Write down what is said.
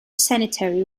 sanitary